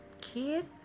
kid